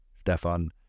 Stefan